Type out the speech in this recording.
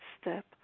step